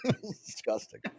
Disgusting